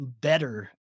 better